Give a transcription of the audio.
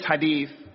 hadith